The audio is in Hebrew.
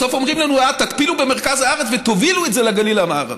בסוף אומרים לנו: תתפילו במרכז הארץ ותובילו את זה לגליל המערבי,